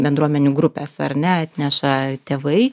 bendruomenių grupės ar ne atneša tėvai